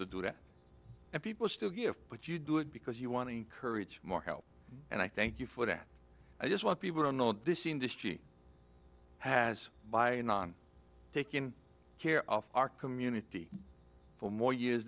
to do that and people still give but you do it because you want to encourage more help and i thank you for that i just want people to know this industry has by anon taking care of our community for more years